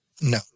No